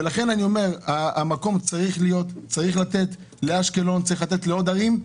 לכן צריך לתת לאשקלון, צריך לתת לעוד ערים,